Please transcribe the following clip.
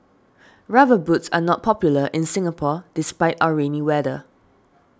rubber boots are not popular in Singapore despite our rainy weather